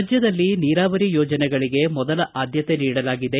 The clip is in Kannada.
ರಾಜ್ಯದಲ್ಲಿ ನೀರಾವರಿ ಯೋಜನೆಗಳಿಗೆ ಮೊದಲ ಆದ್ಖತೆ ನೀಡಲಾಗಿದೆ